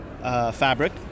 fabric